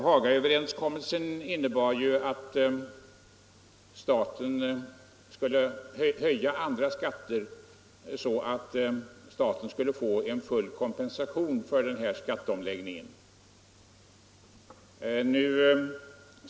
Hagaöverenskommelsen innebar att staten skulle höja andra skatter för att få en full kompensation för denna skatteomläggning.